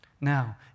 Now